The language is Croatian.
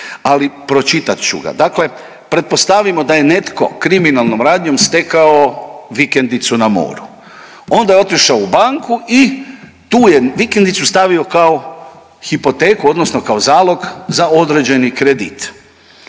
ali pročitat ću ga. Dakle, pretpostavimo da je netko kriminalnom radnjom stekao vikendicu na moru, onda je otišao u banku i tu je vikendicu stavio kao hipoteku, odnosno kao zalog za određeni kredit.